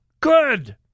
Good